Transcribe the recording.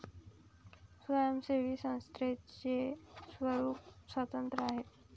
स्वयंसेवी संस्थेचे स्वरूप स्वतंत्र आहे